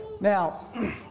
Now